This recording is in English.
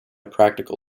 practical